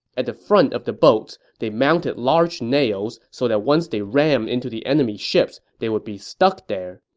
at the front of the boats, they mounted large nails so that once they rammed into the enemy ships, they would be stuck there.